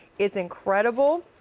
it's incredible.